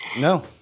No